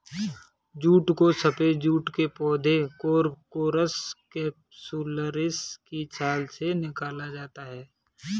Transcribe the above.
jute को सफेद जूट के पौधे कोरकोरस कैप्सुलरिस की छाल से निकाला जाता है